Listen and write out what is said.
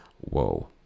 Whoa